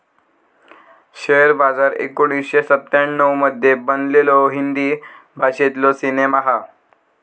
share बाजार एकोणीसशे सत्त्याण्णव मध्ये बनलेलो हिंदी भाषेतलो सिनेमा हा